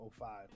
05